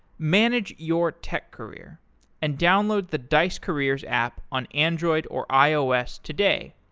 manage your tech career and download the dice careers app on android or ios today.